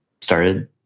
started